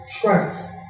trust